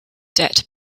debt